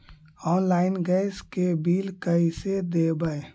Online gas के bill कैसे देबै?